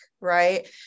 Right